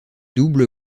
double